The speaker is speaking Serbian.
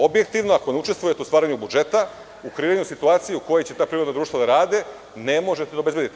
Objektivno ako ne učestvujete u stvaranju budžeta, u kreiranju situacije u kojoj će ta privredna društva da rade ne možete da obezbedite.